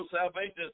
salvation